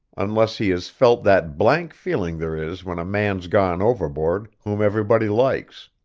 unless he has felt that blank feeling there is when a man's gone overboard whom everybody likes.